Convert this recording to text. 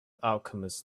alchemists